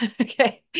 Okay